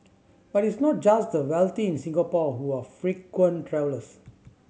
but it's not just the wealthy in Singapore who are frequent travellers